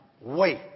wait